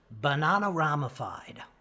banana-ramified